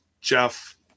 Jeff